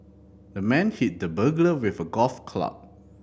the man hit the burglar with a golf club